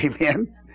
Amen